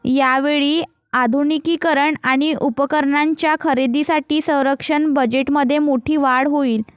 यावेळी आधुनिकीकरण आणि उपकरणांच्या खरेदीसाठी संरक्षण बजेटमध्ये मोठी वाढ होईल